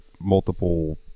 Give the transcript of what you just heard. multiple